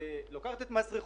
שלוקחת את מס רכוש,